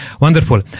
wonderful